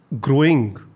growing